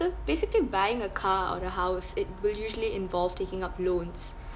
basically buying a car or a house it will usually involve taking up loans